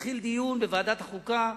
יתחיל דיון בוועדת החוקה,